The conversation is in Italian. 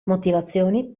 motivazioni